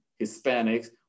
Hispanics